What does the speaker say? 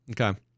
Okay